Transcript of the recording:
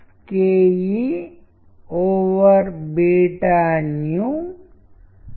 మీరు క్రెడిట్లను పరిశీలిస్తే ఉత్సాహం థ్రిల్ అనేకమైనవి ఆల్ఫ్రెడ్ హిచ్కాక్ చలనచిత్రాలలో చూడొచ్చు